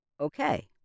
okay